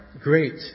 great